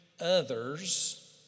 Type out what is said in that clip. others